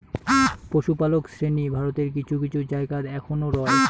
পশুপালক শ্রেণী ভারতের কিছু কিছু জায়গাত অখনও রয়